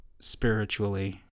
spiritually